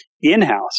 in-house